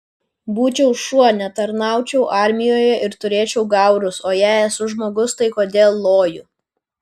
būčiau šuo netarnaučiau armijoje ir turėčiau gaurus o jei esu žmogus tai kodėl loju